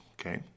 Okay